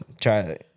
Try